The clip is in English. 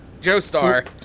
Joestar